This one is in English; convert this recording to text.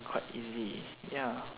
quite easy ya